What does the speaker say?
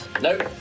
Nope